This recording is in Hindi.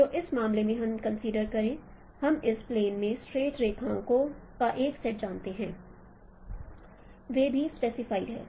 तो इस मामले में हम कंसीडर करें हम इस प्लेन में स्ट्रेट रेखाओं का एक सेट जानते हैं वे भी स्पेसिफाइड हैं